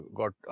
got